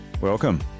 welcome